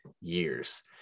years